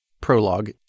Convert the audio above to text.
prologue